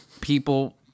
people